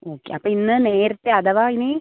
okay അപ്പോൾ ഇന്ന് നേരത്തെ അഥവാ ഇനി